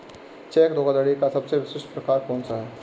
Check धोखाधड़ी का सबसे विशिष्ट प्रकार कौन सा है?